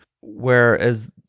whereas